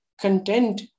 content